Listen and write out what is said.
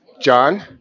John